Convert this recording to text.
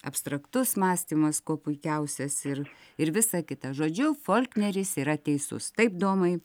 abstraktus mąstymas kuo puikiausias ir ir visa kita žodžiu folkneris yra teisus taip domai